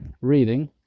reading